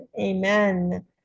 Amen